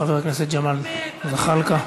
חבר הכנסת ג'מאל זחאלקה,